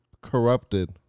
corrupted